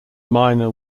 miner